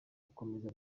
gukomeza